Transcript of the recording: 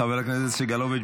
חבר הכנסת סגלוביץ',